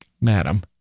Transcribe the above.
Madam